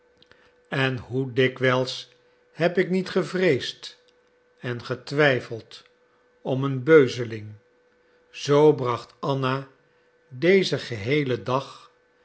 en hoe dikwijls heb ik niet gevreesd en getwijfeld om een beuzeling zoo bracht anna dezen geheelen dag